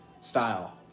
style